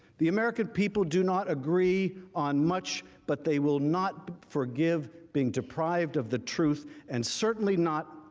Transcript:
the american people do not agree on much but they will not forgive being deprived of the truth and certainly not